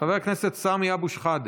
חבר הכנסת סמי אבו שחאדה,